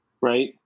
right